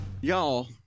Y'all